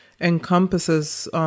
encompasses